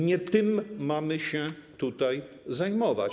Nie tym mamy się tutaj zajmować.